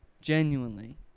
genuinely